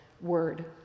word